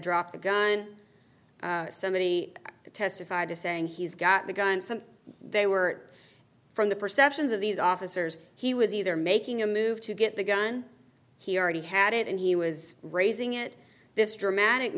drop the gun somebody testified to saying he's got the gun some they were from the perceptions of these officers he was either making a move to get the gun he already had it and he was raising it this dramatic